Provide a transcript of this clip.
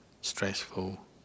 stressful